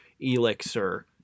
Elixir